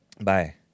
Bye